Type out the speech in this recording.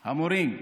המורים,